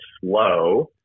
slow